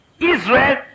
Israel